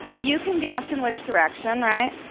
you can guess in which direction, right?